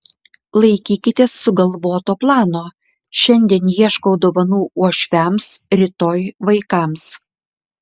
laikykitės sugalvoto plano šiandien ieškau dovanų uošviams rytoj vaikams